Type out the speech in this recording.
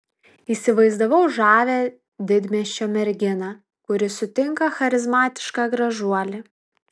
įsivaizdavau žavią didmiesčio merginą kuri sutinka charizmatišką gražuolį